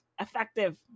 Effective